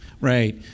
Right